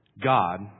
God